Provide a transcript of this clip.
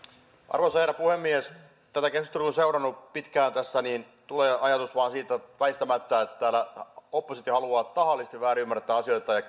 arvoisa herra puhemies tätä keskustelua olen seurannut pitkään tässä ja tulee vain väistämättä ajatus että täällä oppositio haluaa tahallisesti väärinymmärtää asioita ja